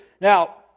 Now